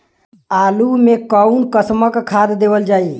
आलू मे कऊन कसमक खाद देवल जाई?